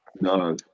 no